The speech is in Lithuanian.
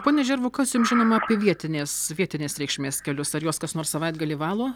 pone džervau kas jums žinoma apie vietinės vietinės reikšmės kelius ar juos kas nors savaitgalį valo